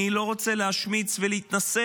אני לא רוצה להשמיץ ולהתנשא,